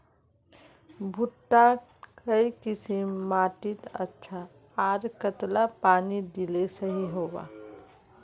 भुट्टा काई किसम माटित अच्छा, आर कतेला पानी दिले सही होवा?